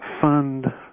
fund